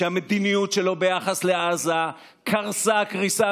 דודינק'ה, ידעתי שנגיע בסוף.